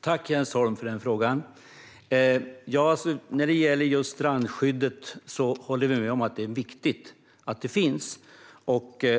Fru talman! Tack för frågan, Jens Holm! Vi håller med om att det är viktigt att strandskyddet finns.